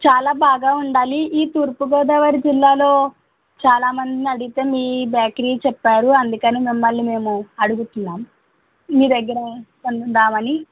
చాలా బాగా ఉండాలి ఈ తూర్పుగోదావరి జిల్లాలో చాలామందిని అడిగితే మీ బేకరీ చెప్పారు అందుకని మిమ్మల్ని మేము అడుగుతున్నాం మీ దగ్గర కొందామని